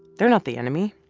they're not the enemy.